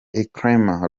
elcrema